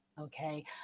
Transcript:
Okay